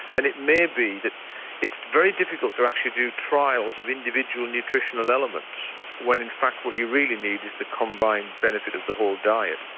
and it may be that it's very difficult to actually do trials of individual nutritional elements when in fact what you really need is the combined benefit of the whole diet.